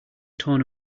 torn